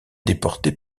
déporté